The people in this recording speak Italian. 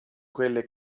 quelle